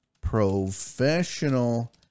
Professional